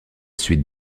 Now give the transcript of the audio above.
suite